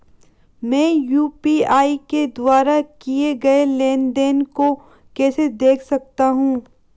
मैं यू.पी.आई के द्वारा किए गए लेनदेन को कैसे देख सकता हूं?